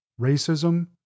racism